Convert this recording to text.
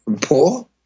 poor